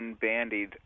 bandied